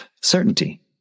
certainty